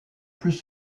plus